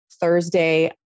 Thursday